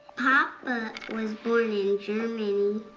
papa was born in germany.